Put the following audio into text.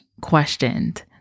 questioned